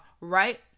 right